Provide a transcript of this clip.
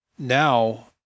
now